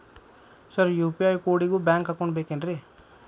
Sir UPI ಕೋಡಿಗೂ bank account ಬೇಕೆನ್ರಿ?